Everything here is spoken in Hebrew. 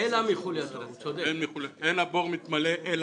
אין הבור מתמלא מחולייתו.